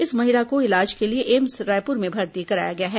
इस महिला को इलाज के लिए एम्स रायपुर में भर्ती कराया गया है